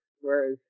whereas